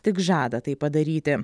tik žada tai padaryti